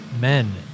men